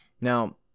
Now